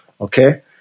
Okay